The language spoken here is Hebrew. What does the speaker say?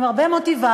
עם הרבה מוטיבציה,